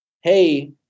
Hey